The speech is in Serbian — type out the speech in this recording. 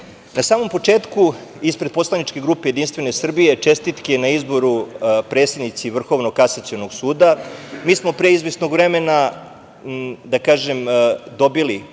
samom početku, ispred poslaničke grupe Jedinstvene Srbije čestitke na izboru predsednici Vrhovnog kasacionog suda. Mi smo pre izvesnog vremena dobili